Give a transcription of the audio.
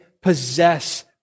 possess